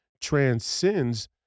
transcends